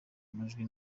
amajwi